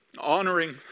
honoring